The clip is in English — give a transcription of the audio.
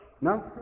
No